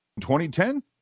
2010